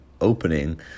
opening